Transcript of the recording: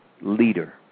leader